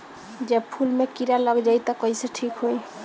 जब फूल मे किरा लग जाई त कइसे ठिक होई?